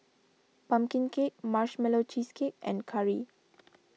Pumpkin Cake Marshmallow Cheesecake and curry